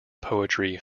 poetry